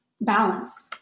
balance